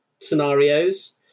scenarios